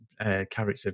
character